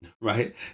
right